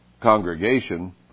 congregation